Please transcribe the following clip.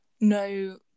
no